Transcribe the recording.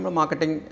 marketing